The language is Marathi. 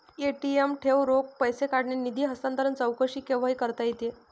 ए.टी.एम ठेव, रोख पैसे काढणे, निधी हस्तांतरण, चौकशी केव्हाही करता येते